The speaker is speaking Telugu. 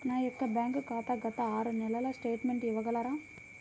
నా యొక్క బ్యాంక్ ఖాతా గత ఆరు నెలల స్టేట్మెంట్ ఇవ్వగలరా?